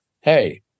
hey